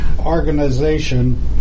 organization